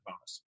bonus